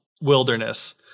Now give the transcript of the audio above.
wilderness